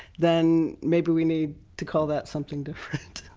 then maybe we need to call that something different,